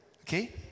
Okay